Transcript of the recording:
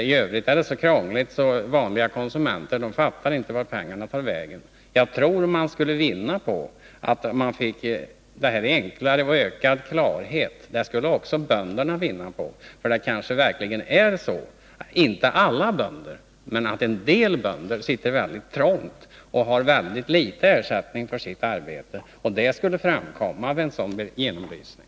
I övrigt är det hela så krångligt att vanliga konsumenter inte fattar vart pengarna tar vägen. Jag tror att man skulle vinna på ökad klarhet här. Det skulle också bönderna vinna på. Det kanske verkligen är så att inte alla bönder men en del sitter mycket trångt och har en väldigt låg ersättning för sitt arbete. Det skulle framkomma vid en sådan genomlysning.